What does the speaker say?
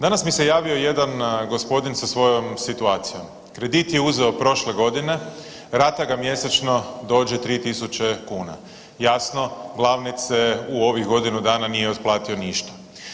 Danas mi se javio jedan gospodin sa svojom situacijom, kredit je uzeo prošle godine, rata ga mjesečno dođe 3.000 kuna, jasno glavnice u ovih godinu dana nije otplatio ništa.